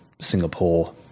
Singapore